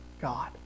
God